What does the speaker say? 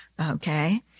Okay